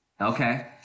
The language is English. Okay